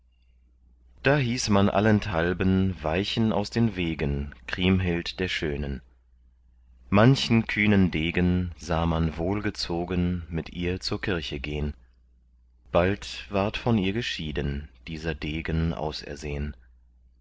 da hieß man allenthalben weichen aus den wegen kriemhild der schönen manchen kühnen degen sah man wohlgezogen mit ihr zur kirche gehn bald ward von ihr geschieden dieser degen